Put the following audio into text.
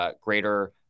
greater